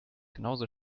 genauso